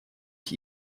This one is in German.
ich